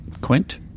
Quint